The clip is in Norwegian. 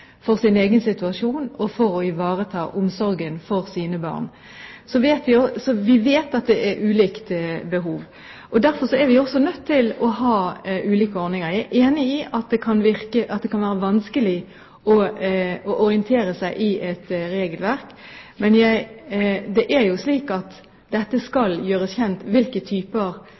for sin egen situasjon og for å ivareta omsorgen for sine barn. Vi vet at det er ulike behov, derfor er vi også nødt til å ha ulike ordninger. Jeg er enig i at det kan være vanskelig å orientere seg i et regelverk, men for dem som har behov for det, skal det gjøres kjent hvilke typer